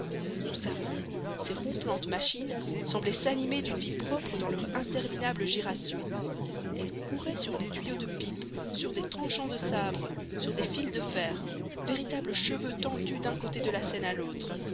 sous sa main ces ronflantes machines semblaient s'animer d'une vie propre dans leur interminable giration elles couraient sur des tuyaux de pipe sur des tranchants de sabre sur des fils de fer véritables cheveux tendus d'un côté de la scène à l'autre